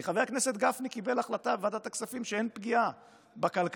כי חבר הכנסת גפני קיבל החלטה בוועדת הכספים שאין פגיעה בכלכלה.